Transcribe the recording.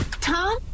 Tom